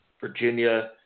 Virginia